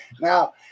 now